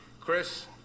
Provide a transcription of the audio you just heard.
chris